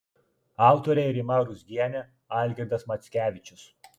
autoriai rima ruzgienė algirdas mackevičius